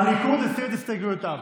הליכוד הסיר את הסתייגויותיו.